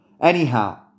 Anyhow